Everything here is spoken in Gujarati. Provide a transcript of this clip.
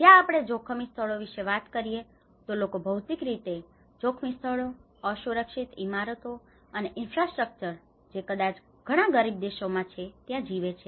જ્યાં આપણે જોખમી સ્થળો વિશે વાત કરીએ તો લોકો ભૌતિક રીતે જોખમી સ્થળો અસુરક્ષિત ઇમારતો અને ઈન્ફ્રાસ્ટ્રક્ચર જે કદાચ ઘણા ગરીબ દેશોમાં છે ત્યાં જીવે છે